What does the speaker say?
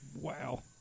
Wow